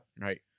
Right